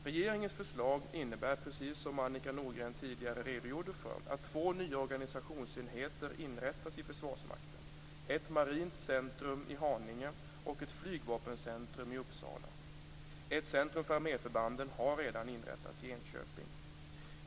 Regeringens förslag innebär, precis som Annika Nordgren tidigare sade, att två nya organisationsenheter inrättas i Försvarsmakten: ett marint centrum i Haninge och ett flygvapencentrum i Uppsala. Ett centrum för arméförbanden har redan inrättats i Enköping.